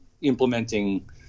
implementing